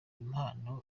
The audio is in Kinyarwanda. impano